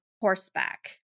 horseback